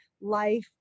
life